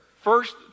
First